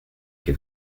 que